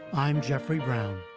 i'm jeffrey brown.